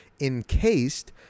Encased